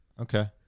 okay